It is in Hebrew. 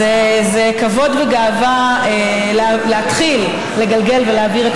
זה כבוד וגאווה להתחיל לגלגל ולהעביר את